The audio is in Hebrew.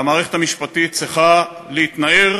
והמערכת המשפטית צריכה להתנער